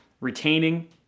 retaining